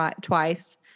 twice